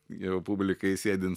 jau publikai sėdint